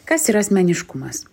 kas yra asmeniškumas